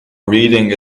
reading